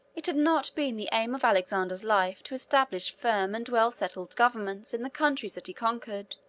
it had not been the aim of alexander's life to establish firm and well-settled governments in the countries that he conquered,